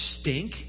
stink